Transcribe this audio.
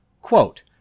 Quote